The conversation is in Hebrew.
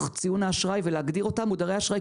ציון האשראי ולהגדיר אותם מודרי אשראי,